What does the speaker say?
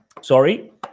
Sorry